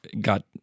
got